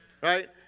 right